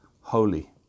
holy